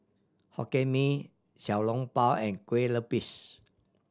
Hokkien Mee Xiao Long Bao and Kueh Lupis